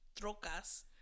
trocas